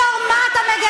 בתור מה אתה מגן על גנדי,